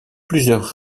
plusieurs